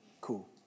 Cool